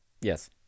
Yes